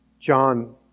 John